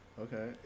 Okay